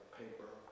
paper